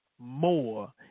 more